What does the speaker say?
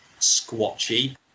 squatchy